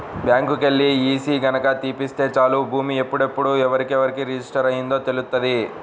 బ్యాంకుకెల్లి ఈసీ గనక తీపిత్తే చాలు భూమి ఎప్పుడెప్పుడు ఎవరెవరికి రిజిస్టర్ అయ్యిందో తెలుత్తది